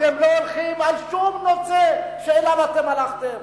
אתם לא הולכים על שום נושא שאליו אתם הלכתם.